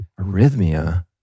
arrhythmia